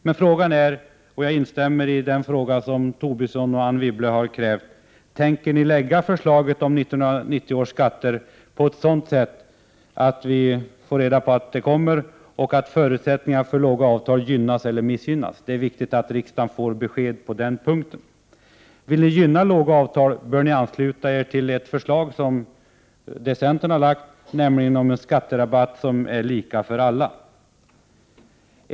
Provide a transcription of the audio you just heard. Men frågan är — och jag instämmer i Lars Tobissons och Anne Wibbles krav på besked i detta avseende: Tänker ni lägga fram förslaget om 1990 års skatter på ett sådant sätt att förutsättningarna för låga avtal gynnas — eller missgynnas? Det är viktigt att riksdagen får besked på den punkten. Vill ni gynna låga avtal, bör ni ansluta er till det förslag som centern har lagt fram, nämligen om en skatterabatt som är lika för alla.